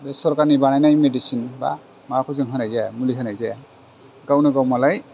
बे सरकारनि बानायनाय मेडिसिन बा माबाखौ जों होनाय जाया मुलि होनाय जाया गावनो गाव मालाइ